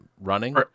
running